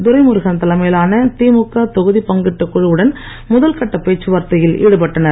துரைமுருகன் தலைமையிலான திமுக தொகுதிப் பங்கீட்டு குழுவுடன் முதல்கட்ட பேச்சுவார்த்தையில் ஈடுபட்டனர்